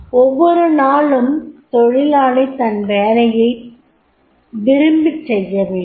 ஒவ்வொரு நாளும் தொழிலாளி தன் வேலையை விரும்பிச் செய்யவேண்டும்